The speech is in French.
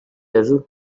aveu